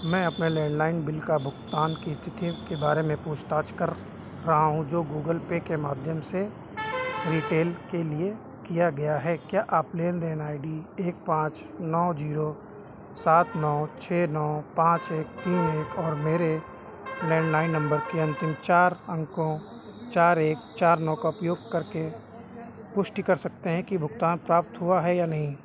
मैं अपने landline bill के भुगतान की इस्थिति के बारे में पूछताछ कर रहा हूँ जो गूगल पे के माध्यम से रिटेल के लिए किया गया है क्या आप लेनदेन आई डी एक पाँच नौ ज़ीरो सात नौ छह नौ पाँच एक तीन एक और मेरे लैण्डलाइन नम्बर के अंतिम चार अंकों चार एक चार नौ का उपयोग करके पुष्टि कर सकते हैं कि भुगतान प्राप्त हुआ है या नहीं